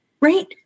right